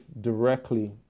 directly